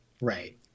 Right